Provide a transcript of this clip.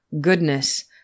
goodness